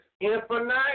infinite